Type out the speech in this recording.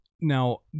Now